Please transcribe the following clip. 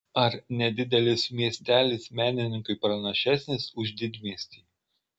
ar nedidelis miestelis menininkui pranašesnis už didmiestį